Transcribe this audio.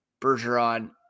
Bergeron